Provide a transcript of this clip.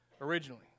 originally